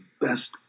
best